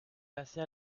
passez